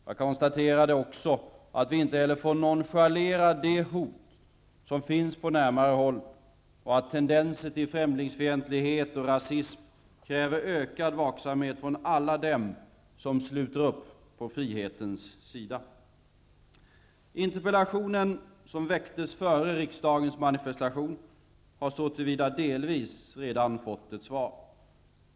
Jag konstaterade också att vi inte heller får nonchalera de hot som finns på närmare håll och att tendenser till främlingsfientlighet och rasism kräver ökad vaksamhet från alla dem som sluter upp på frihetens sida. Interpellationen, som väcktes före riksdagens manifestation, har så till vida delvis redan fått ett svar.